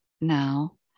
now